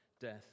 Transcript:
death